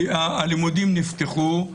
הלימודים נפתחו,